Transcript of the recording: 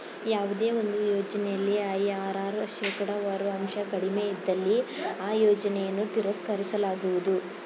ಯಾವುದೇ ಒಂದು ಯೋಜನೆಯಲ್ಲಿ ಐ.ಆರ್.ಆರ್ ಶೇಕಡವಾರು ಅಂಶ ಕಡಿಮೆ ಇದ್ದಲ್ಲಿ ಆ ಯೋಜನೆಯನ್ನು ತಿರಸ್ಕರಿಸಲಾಗುವುದು